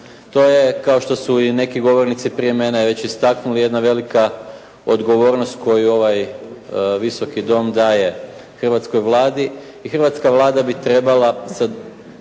To je kao što su i neki govornici prije mene već istaknuli, jedna velika odgovornost koju ovaj Visoki dom daje hrvatskoj Vladi. I hrvatska Vlada bi trebala